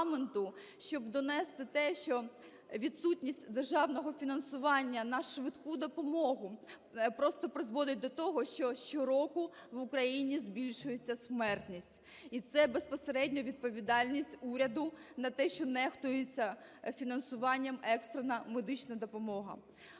щоб донести те, що відсутність державного фінансування на швидку допомогу просто призводить до того, що щороку в Україні збільшується смертність. І це безпосередньо відповідальність уряду на те, що нехтується фінансуванням екстрена медична допомога.